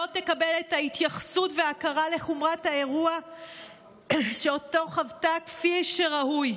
לא תקבל את ההתייחסות וההכרה בחומרת האירוע שאותו חוותה כפי שראוי.